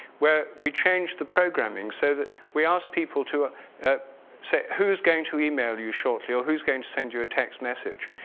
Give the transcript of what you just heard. where we changed the programming so that we ask people to ah say who's going to email you shortly or who's going to send you a text message.